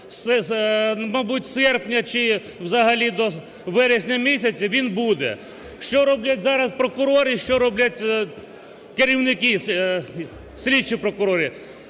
мабуть, серпня чи взагалі до вересня місяця він буде. Що роблять зараз прокурори і що роблять керівники, слідчі прокурори?